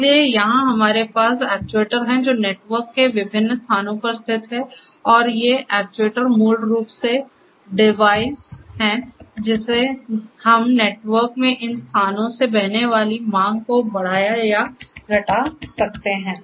इसलिए यहां हमारे पास एक्ट्यूएटर हैं जो नेटवर्क के विभिन्न स्थानों पर स्थित हैं और ये एक्ट्यूएटर मूल रूप से डिवाइस हैं जिससे हम नेटवर्क में इन स्थानों से बहने वाली मांग को बढ़ा या घटा सकते हैं